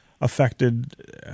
affected